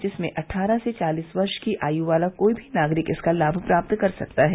जिसमें अट्ठारह से चालीस वर्ष की आयु वाला कोई भी नागरिक इसका लाभ प्राप्त कर सकता है